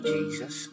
Jesus